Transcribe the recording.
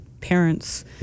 parents